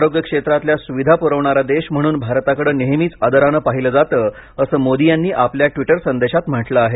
आरोग्य क्षेत्रातल्या सुविधा पुरवणारा देश म्हणून भारताकडे नेहमीच आदराने पाहिलं जातं असं मोदी यांनी आपल्या ट्वीटर संदेशात म्हटलं आहे